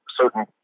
certain